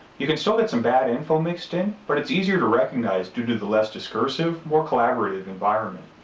you can still get some bad info mixed in, but it's easier to recognize due to the less discursive, more collaborative environment.